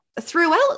throughout